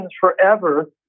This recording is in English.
forever